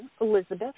Elizabeth